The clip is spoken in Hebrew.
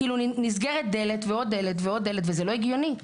נסגרת דלת, ועוד דלת, וזה לא הגיוני.